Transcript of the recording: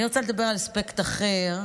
אני רוצה לדבר על אספקט אחר,